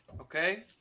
okay